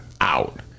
out